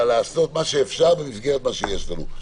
לעשות מה שאפשר במסגרת מה שיש לנו.